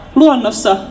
luonnossa